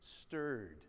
stirred